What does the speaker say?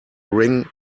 ring